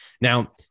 Now